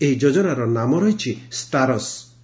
ଏହି ଯୋଜନାର ନାମ ରହିଛି 'ଷ୍ଟାରସ୍'